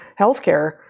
healthcare